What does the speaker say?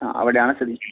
ആ അവിടെ ആണ് സ്ഥിതി